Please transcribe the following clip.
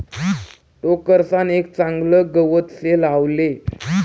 टोकरसान एक चागलं गवत से लावले